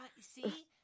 See